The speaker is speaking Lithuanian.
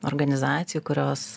organizacijų kurios